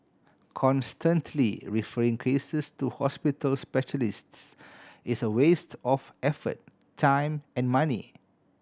constantly referring cases to hospital specialists is a waste of effort time and money